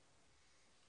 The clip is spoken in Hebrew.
תודה רבה.